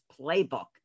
Playbook